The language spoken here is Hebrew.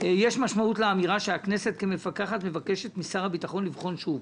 "יש משמעות לאמירה שהכנסת כמפקחת מבקשת משר הביטחון לבחון שוב".